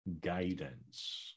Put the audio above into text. guidance